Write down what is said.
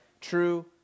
true